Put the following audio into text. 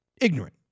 ignorant